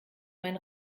mein